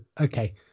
okay